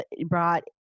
brought